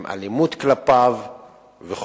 עם אלימות כלפיו וכו'.